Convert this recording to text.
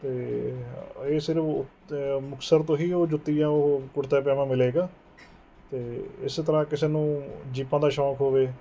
ਅਤੇ ਇਹ ਸਿਰਫ਼ ਉਹ ਅਤੇ ਮੁਕਤਸਰ ਤੋਂ ਹੀ ਉਹ ਜੁੱਤੀ ਜਾਂ ਉਹ ਕੁੜਤਾ ਪਜਾਮਾ ਮਿਲੇਗਾ ਅਤੇ ਇਸ ਤਰ੍ਹਾਂ ਕਿਸੇ ਨੂੰ ਜੀਪਾਂ ਦਾ ਸ਼ੌਂਕ ਹੋਵੇ